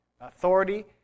authority